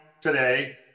today